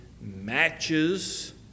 matches